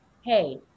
hey